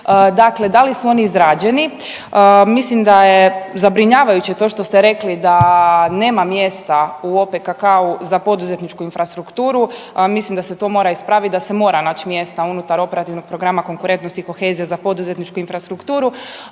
Dakle, da li su oni izrađeni? Mislim da je zabrinjavajuće to što ste rekli da nema mjesta u OPKK-u za poduzetničku infrastrukturu, mislim da se to mora ispraviti, da se mora naći mjesta unutar Operativnog programa konkurentnost i kohezija za poduzetničku infrastrukturu,